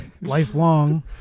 Lifelong